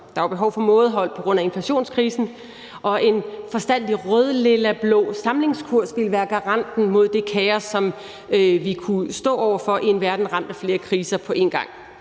Der var behov for mådehold på grund af inflationskrisen, og en forstandig rød-lilla-blå samlingskurs ville være garanten mod det kaos, som vi kunne stå over for i en verden ramt af flere kriser på en gang.